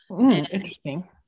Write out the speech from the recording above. Interesting